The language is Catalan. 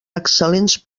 excel·lents